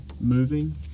moving